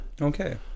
Okay